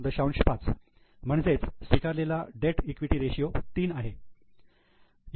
5 म्हणजेच स्वीकारलेला debt equity ratio 3 आहे